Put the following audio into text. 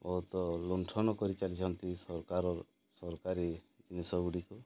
ବହୁତ ଲୁଣ୍ଠନ କରିଚାଲିଛନ୍ତି ସରକାର ସରକାରୀ ଜିନିଷ ଗୁଡ଼ିକୁ